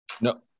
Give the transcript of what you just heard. No